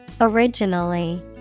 originally